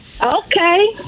Okay